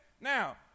Now